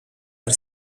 are